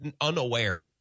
unaware